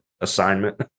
assignment